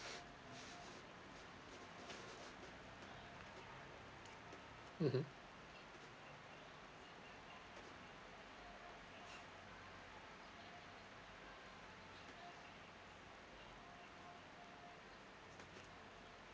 mmhmm